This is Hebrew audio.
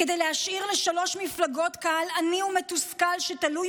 כדי להשאיר לשלוש מפלגות קהל עני ומתוסכל שתלוי